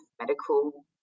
medical